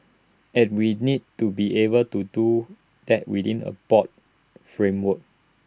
and we need to be able to do that within A broad framework